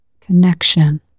connection